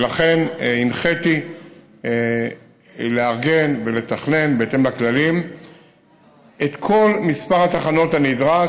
ולכן הנחיתי לארגן ולתכנן בהתאם לכללים את כל מספר התחנות הנדרש,